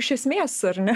iš esmės ar ne